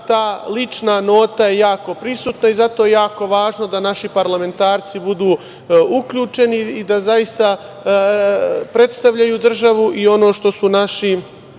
ta lična nota je jako prisutna i zato je jako važno da naši parlamentarci budu uključeni i da zaista predstavljaju državu i ono što su naši